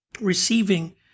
receiving